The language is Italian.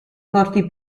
corti